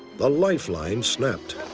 the lifeline snapped.